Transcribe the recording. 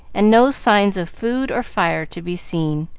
and no sign of food or fire to be seen.